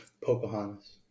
Pocahontas